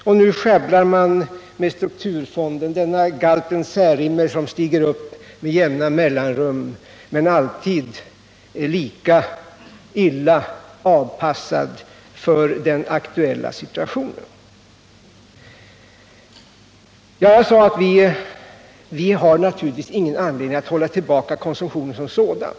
Och nu sjabblar man genom talet om strukturfonden, denna galten Särimner som med jämna mellanrum återuppstår. Vi har naturligtvis ingen anledning att hålla tillbaka konsumtionen som sådan.